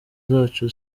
zacu